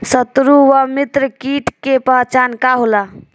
सत्रु व मित्र कीट के पहचान का होला?